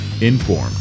informed